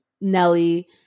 Nelly